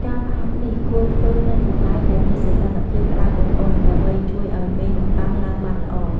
ការផ្អាប់នេះគួរធ្វើនៅកន្លែងដែលមានសីតុណ្ហភាពក្ដៅឧណ្ហៗ ដើម្បីជួយឱ្យមេនំប៉័ងឡើងបានល្អ។